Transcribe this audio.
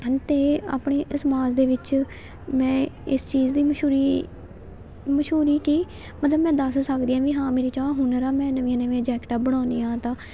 ਅਤੇ ਆਪਣੇ ਸਮਾਜ ਦੇ ਵਿੱਚ ਮੈਂ ਇਸ ਚੀਜ਼ ਦੀ ਮਸ਼ਹੂਰੀ ਮਸ਼ਹੂਰੀ ਕੀ ਮਤਲਬ ਮੈਂ ਦੱਸ ਸਕਦੀ ਹਾਂ ਵੀ ਹਾਂ ਮੇਰੇ 'ਚ ਆਹ ਹੁਨਰ ਆ ਮੈਂ ਨਵੀਆਂ ਨਵੀਆਂ ਜੈਕਟਾਂ ਬਣਾਉਂਦੀ ਹਾਂ ਤਾਂ